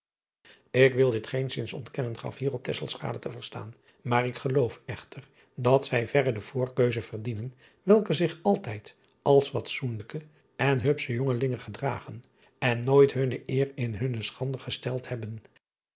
k wil dit geenszins ontkennen gaf hierop te verstaan maar ik geloof echter dat zij verre de voorkeuze verdienen welke zich altijd als fatsoenlijke en hupsche jongelingen gedragen en nooit hunne eer in hunne schande gesteld hebben